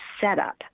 setup